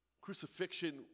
Crucifixion